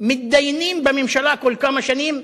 מתדיינים בממשלה כל כמה שנים,